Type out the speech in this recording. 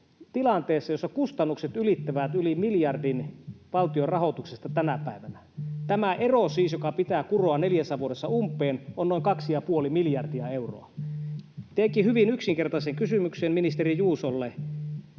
tilanteesta, jossa kustannukset ylittävät miljardin valtionrahoituksesta tänä päivänä. Tämä ero siis, joka pitää kuroa neljässä vuodessa umpeen, on noin kaksi ja puoli miljardia euroa. Teenkin hyvin yksinkertaisen kysymyksen ministeri Juusolle,